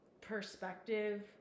perspective